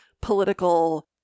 political